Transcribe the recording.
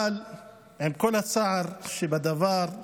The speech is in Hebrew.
אבל עם כל הצער שבדבר,